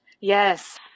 Yes